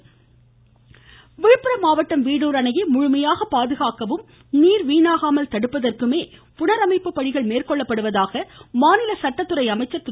சண்முகம் விழுப்புரம் மாவட்டம் வீடுர் அணையை முழுமையாக பாதுகாக்கவும் நீர் வீணாகாமல் தடுப்பதற்குமே புனரமைப்பு பணிகள் மேற்கொள்ளப்படுவதாக மாநில சட்டத்துறை அமைச்சர் திரு